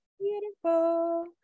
beautiful